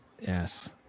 yes